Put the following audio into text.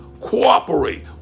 cooperate